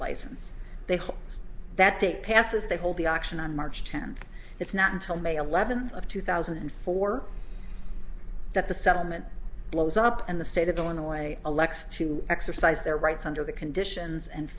license they hope that day passes they hold the auction on march tenth it's not until may eleventh of two thousand and four that the settlement blows up and the state of illinois elects to exercise their rights under the conditions and